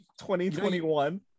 2021